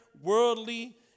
worldly